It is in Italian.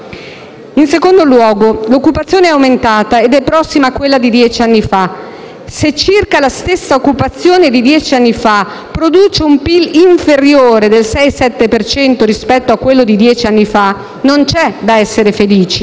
In secondo luogo, l'occupazione è aumentata ed è prossima a quella di dieci anni fa. Se circa la stessa occupazione di dieci anni fa produce un PIL inferiore del 6-7 per cento rispetto a quello di dieci anni fa, non c'è da essere felici.